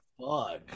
fuck